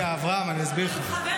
שנייה, אברהם, אני אסביר לך.